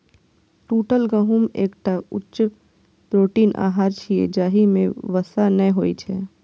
टूटल गहूम एकटा उच्च प्रोटीन आहार छियै, जाहि मे वसा नै होइ छै